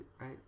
right